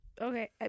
Okay